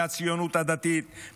מהציונות הדתית,